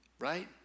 right